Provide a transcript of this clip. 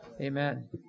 Amen